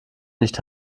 nicht